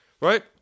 Right